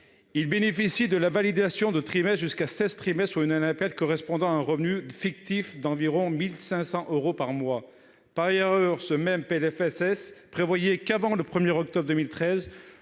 bénéficient de la validation de trimestres- jusqu'à seize trimestres, soit une olympiade -correspondant à un revenu fictif d'environ 1 500 euros par mois. Par ailleurs, ce même PLFSS prévoyait qu'avant le 1 octobre 2013